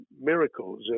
miracles